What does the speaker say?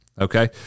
okay